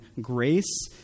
grace